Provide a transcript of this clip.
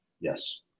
Yes